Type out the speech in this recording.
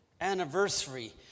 anniversary